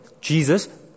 Jesus